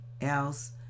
else